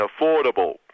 affordable